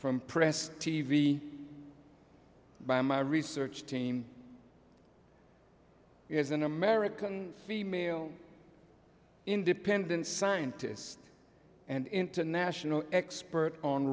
from press t v by my research team has an american female independent scientists and international expert on